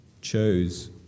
chose